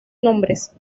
nombres